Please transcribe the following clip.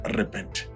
repent